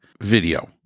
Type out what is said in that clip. video